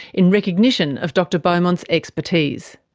in recognition of dr beaumont's expertise.